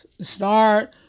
Start